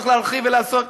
צריך להרחיב ולעשות,